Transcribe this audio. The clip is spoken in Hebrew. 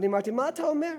אני אמרתי: מה אתה אומר?